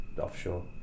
offshore